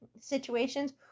situations